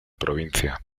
provincia